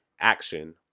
action